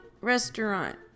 restaurant